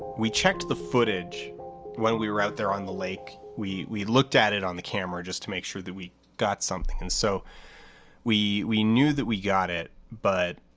we checked the footage when we were out there on the lake, we we looked at it on the camera just to make sure that we got something, and so we, we knew that we got it but,